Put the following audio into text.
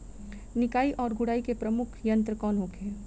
निकाई और गुड़ाई के प्रमुख यंत्र कौन होखे?